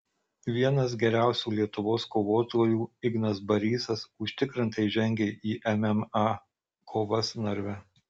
vienas geriausių lietuvos kovotojų ignas barysas užtikrintai žengė į mma kovas narve